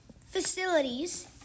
facilities